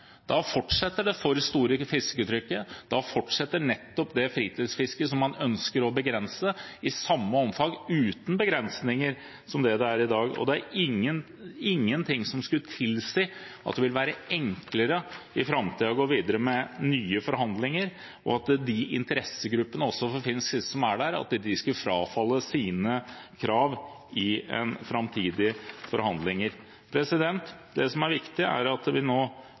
Da fortsetter det for store fisketrykket, da fortsetter nettopp det fritidsfisket som man ønsker å begrense, i samme omfang, uten begrensninger, slik det er i dag. Og det er ingenting som skulle tilsi at det vil være enklere i framtiden å gå videre med nye forhandlinger, og at de interessegruppene som er der, skulle frafalle sine krav i framtidige forhandlinger. Det som er viktig, er at vi nå